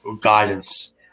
guidance